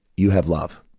you have love.